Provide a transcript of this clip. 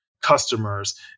customers